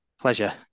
Pleasure